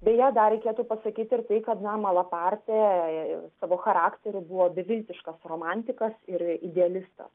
beje dar reikėtų pasakyti ir tai kada na malaparti savo charakteriu buvo beviltiškas romantikas ir idealistas